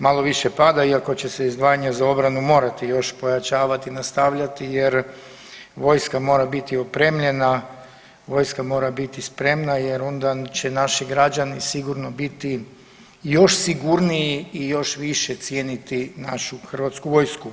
malo više pada, iako će se izdvajanja za obranu morati još pojačavati i nastavljati jer vojska mora biti opremljena, vojska mora biti spremna jer onda će naši građani sigurno biti još sigurniji i još više cijeniti našu Hrvatsku vojsku.